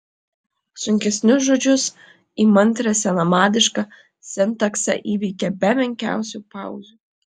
sunkesnius žodžius įmantrią senamadišką sintaksę įveikė be menkiausių pauzių